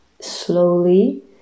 slowly